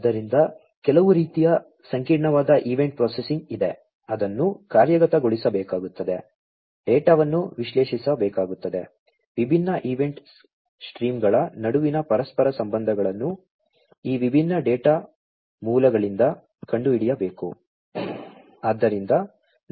ಆದ್ದರಿಂದ ಕೆಲವು ರೀತಿಯ ಸಂಕೀರ್ಣವಾದ ಈವೆಂಟ್ ಪ್ರೊಸೆಸಿಂಗ್ ಇದೆ ಅದನ್ನು ಕಾರ್ಯಗತಗೊಳಿಸಬೇಕಾಗುತ್ತದೆ ಡೇಟಾವನ್ನು ವಿಶ್ಲೇಷಿಸಬೇಕಾಗುತ್ತದೆ ವಿಭಿನ್ನ ಈವೆಂಟ್ ಸ್ಟ್ರೀಮ್ಗಳ ನಡುವಿನ ಪರಸ್ಪರ ಸಂಬಂಧಗಳನ್ನು ಈ ವಿಭಿನ್ನ ಡೇಟಾ ಮೂಲಗಳಿಂದ ಕಂಡುಹಿಡಿಯಬೇಕು